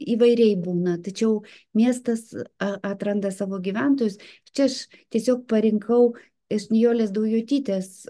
įvairiai būna tačiau miestas a atranda savo gyventojus šis tiesiog parinkau iš nijolės daujotytės